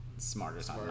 Smarter